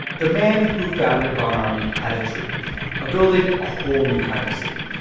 the man who founded von ormy had a dream of building a whole new kind of city,